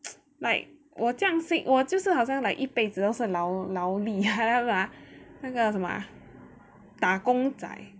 like 我这样 fake 我就是好像 like 一辈子都是老老厉害了那个什么打工仔